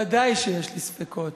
ודאי שיש לי ספקות.